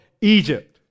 Egypt